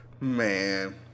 man